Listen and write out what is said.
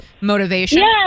motivation